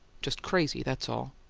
just crazy, that's all.